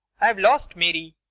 i've lost mary.